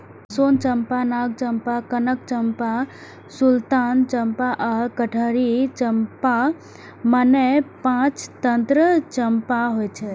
सोन चंपा, नाग चंपा, कनक चंपा, सुल्तान चंपा आ कटहरी चंपा, मने पांच तरहक चंपा होइ छै